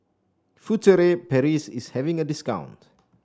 Furtere Paris is having a discount